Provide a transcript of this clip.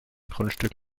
grundstück